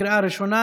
בקריאה ראשונה.